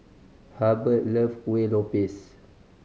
Hurbert love Kuih Lopes